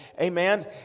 Amen